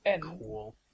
Cool